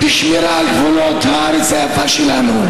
בשמירה על גבולות הארץ היפה שלנו.